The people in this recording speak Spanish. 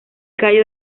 callo